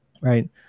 Right